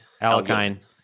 Alkine